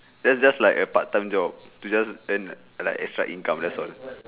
that's just like a part time job to just earn like extra income that's all